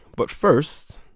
but first,